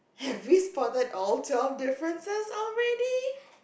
have we spotted all twelve differences already